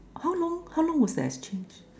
how long how long was the exchange